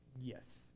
Yes